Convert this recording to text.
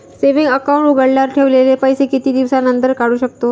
Saving account उघडल्यावर ठेवलेले पैसे किती दिवसानंतर काढू शकतो?